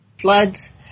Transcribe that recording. floods